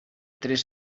tres